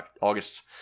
August